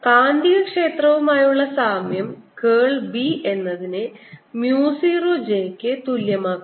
കാന്തികക്ഷേത്രവുമായുള്ള സാമ്യം കേൾ B എന്നതിനെ mu 0 J യ്ക്ക് തുല്യമാക്കുന്നു